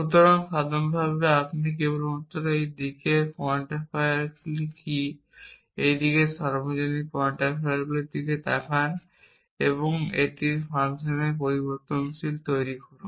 সুতরাং সাধারণভাবে আপনি কেবলমাত্র এই দিকের কোয়ান্টিফায়ারগুলি কী এই দিকের সর্বজনীন কোয়ান্টিফায়ারগুলি তাকান এবং এটির ফাংশনের পরিবর্তনশীল তৈরি করুন